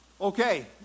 Okay